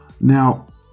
Now